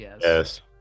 Yes